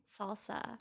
Salsa